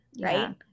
right